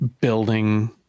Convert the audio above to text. Building